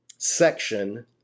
section